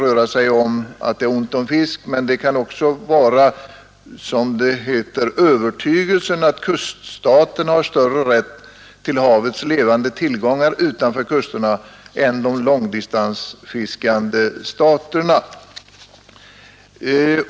Det kan vara att det är ont om fisk, men det kan också vara övertygelsen att kuststaterna har större rätt till havets levande tillgångar utanför kusterna än de långdistansfiskande staterna.